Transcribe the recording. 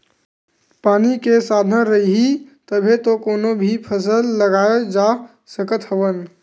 पानी के साधन रइही तभे तो कोनो भी फसल लगाए जा सकत हवन